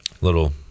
little